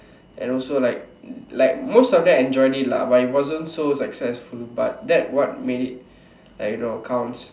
and also like like most of them enjoyed it lah but it wasn't so successful but that what made it like you know counts